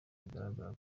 bigaragara